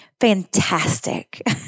fantastic